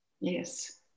Yes